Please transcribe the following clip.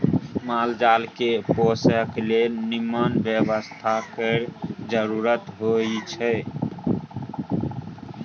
माल जाल केँ पोसय लेल निम्मन बेवस्था केर जरुरत होई छै